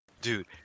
Dude